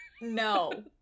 No